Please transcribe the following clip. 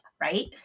right